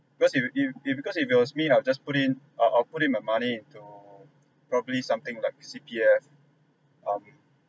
because if if because if it was me I will just put in I'll I'll put in my money into probably something like C_P_F um